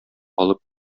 алып